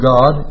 God